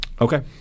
Okay